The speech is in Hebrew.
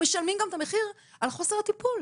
משלמים גם את המחיר על חוסר הטיפול.